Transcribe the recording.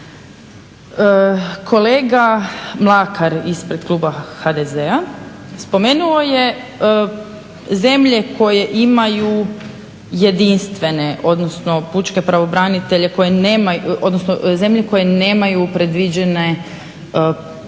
Kolega Mlakar ispred kluba HDZ-a spomenuo je zemlje koje imaju jedinstvene, odnosno pučke pravobranitelje odnosno